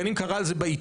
בין אם קרא על זה בעיתון,